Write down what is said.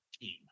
team